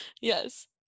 Yes